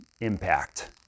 impact